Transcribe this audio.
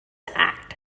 act